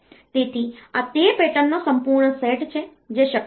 તેથી આ તે પેટર્નનો સંપૂર્ણ સેટ છે જે શક્ય હોય છે